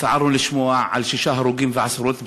הצטערנו לשמוע על שישה הרוגים ועשרות פצועים.